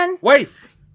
Wife